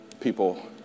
people